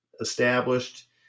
established